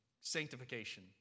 sanctification